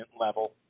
level